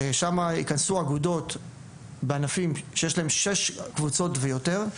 ששם ייכנסו אגודות בענפים שיש להם שש קבוצות ויותר,